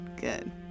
Good